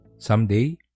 Someday